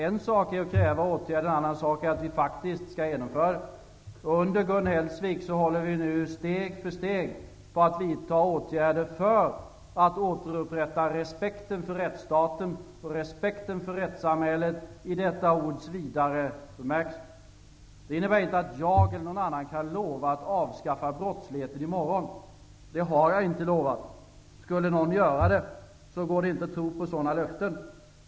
En sak är att kräva åtgärder, och en annan är att faktiskt genomföra dem. Under Gun Hellsvik håller vi nu på med att steg för steg vidta åtgärder för att återupprätta respekten för rättsstaten och rättssamhället i detta ords vidare bemärkelse. Det innebär inte att jag eller någon annan kan lova att avskaffa brottsligheten i morgon. Det har jag inte lovat. Om någon skulle göra det, går det inte att tro på sådana löften.